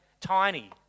Tiny